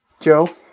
Joe